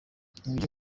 ntujya